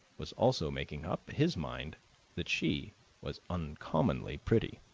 was also making up his mind that she was uncommonly pretty.